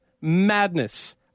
Madness